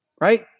right